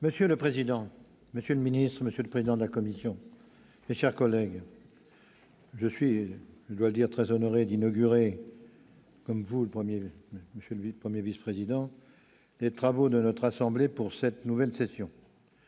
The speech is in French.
Monsieur le président, monsieur le secrétaire d'État, monsieur le président de la commission, mes chers collègues, je suis très honoré d'inaugurer, comme vous, monsieur le vice-président, les travaux de notre assemblée pour cette nouvelle session.